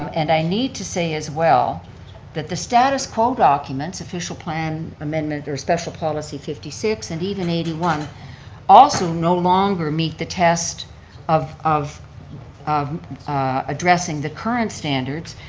um and i need to say as well that the status quo documents official plan amendment or special policy fifty six and even eighty one also no longer meet the test of of um addressing the current standards.